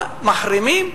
מה, מחרימים?